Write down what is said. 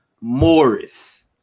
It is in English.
Morris